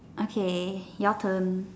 okay your turn